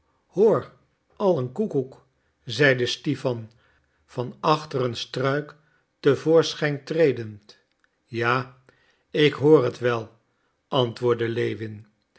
hoor al een koekoek zeide stipan van achter een struik te voorschijn tredend ja ik hoor het wel antwoordde lewin